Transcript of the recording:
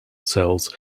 cells